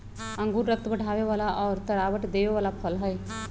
अंगूर रक्त बढ़ावे वाला और तरावट देवे वाला फल हई